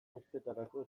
ikerketarako